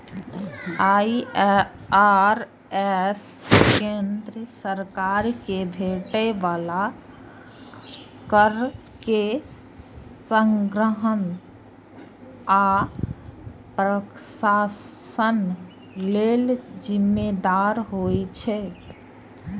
IRS केंद्र सरकार कें भेटै बला कर के संग्रहण आ प्रशासन लेल जिम्मेदार होइ छै